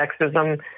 sexism